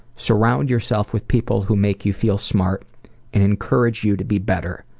surround yourself with people who make you feel smart and encourage you to be better.